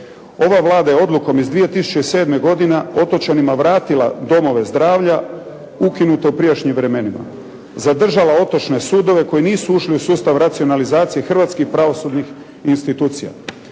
Ova Vlada je odlukom iz 2007. godine otočanima vratila domove zdravlja ukinute u prijašnjim vremenima. Zadržala otočne sudove koji nisu ušli u sustav racionalizacije hrvatskih pravosudnih institucija.